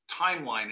timeline